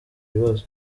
bibazo